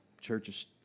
Churches